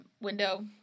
window